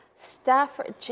Stafford